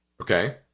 Okay